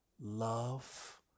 love